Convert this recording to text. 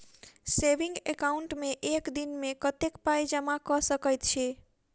Saving account मे एक दिनमे कतेक पाई जमा कऽ सकैत छी?